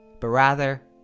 but rather,